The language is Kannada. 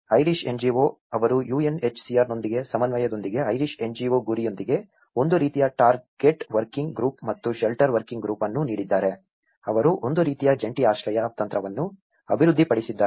ಮತ್ತು ಐರಿಶ್ NGO ಅವರು UNHCRನೊಂದಿಗೆ ಸಮನ್ವಯದೊಂದಿಗೆ ಐರಿಶ್ NGO ಗುರಿಯೊಂದಿಗೆ ಒಂದು ರೀತಿಯ ಟಾರ್ಗೆಟ್ ವರ್ಕಿಂಗ್ ಗ್ರೂಪ್ ಮತ್ತು ಶೆಲ್ಟರ್ ವರ್ಕಿಂಗ್ ಗ್ರೂಪ್ ಅನ್ನು ನೀಡಿದ್ದಾರೆ ಅವರು ಒಂದು ರೀತಿಯ ಜಂಟಿ ಆಶ್ರಯ ತಂತ್ರವನ್ನು ಅಭಿವೃದ್ಧಿಪಡಿಸಿದ್ದಾರೆ